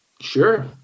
Sure